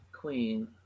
queen